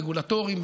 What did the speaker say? רגולטוריים,